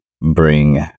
bring